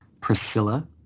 Priscilla